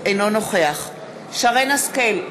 אינו נוכח שרן השכל,